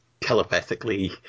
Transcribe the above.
telepathically